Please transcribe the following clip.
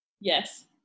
yes